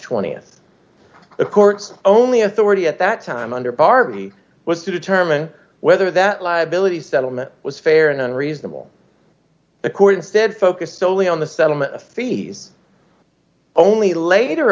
th the court's only authority at that time under barbie was to determine whether that liability settlement was fair and reasonable the court instead focused solely on the settlement fees only later